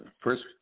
First